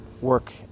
work